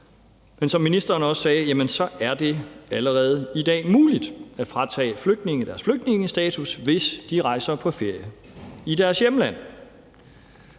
Men som ministeren også sagde, er det allerede i dag muligt at fratage flygtninge deres flygtningestatus, hvis de rejser på ferie i deres hjemland,